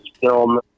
film